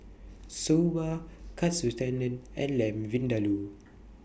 Soba Katsu Tendon and Lamb Vindaloo